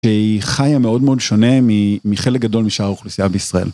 שהיא חיה מאוד מאוד שונה מחלק גדול משאר האוכלוסייה בישראל.